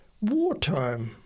wartime